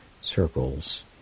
circles